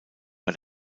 war